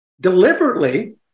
deliberately